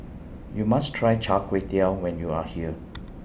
YOU must Try Char Kway Teow when YOU Are here